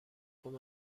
کمک